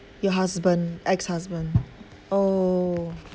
your husband ex husband oh